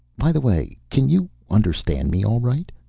by the way, can you understand me all right?